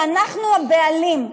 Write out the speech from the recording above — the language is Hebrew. ואנחנו הבעלים,